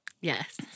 Yes